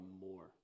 more